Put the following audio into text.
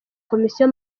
komisiyo